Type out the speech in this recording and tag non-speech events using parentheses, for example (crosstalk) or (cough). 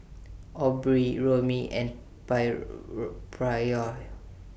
Aubrey Romie and (unintelligible) Pryor